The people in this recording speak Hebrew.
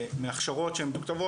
מהכשרות שהן לא טובות,